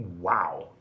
Wow